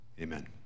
Amen